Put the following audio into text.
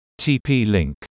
TP-Link